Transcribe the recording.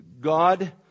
God